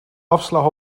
afslag